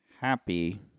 happy